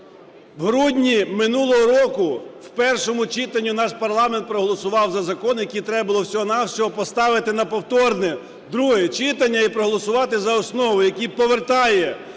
В грудні минулого року в першому читанні наш парламент проголосував за закон, який треба було всього-на-всього поставити на повторне друге читання і проголосувати за основу. Який повертає